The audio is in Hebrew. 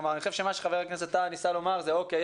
אני חושב שמה שחבר הכנסת טאהא ניסה לומר זה אוקיי,